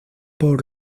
por